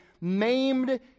maimed